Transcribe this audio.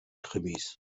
krimis